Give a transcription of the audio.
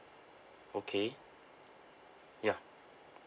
okay ya